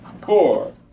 four